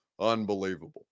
Unbelievable